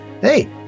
hey